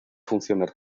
funcionar